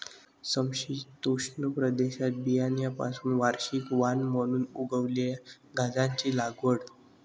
समशीतोष्ण प्रदेशात बियाण्यांपासून वार्षिक वाण म्हणून उगवलेल्या गांजाची लागवड